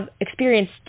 experienced